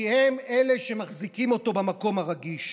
כי הם אלה שמחזיקים אותו במקום הרגיש.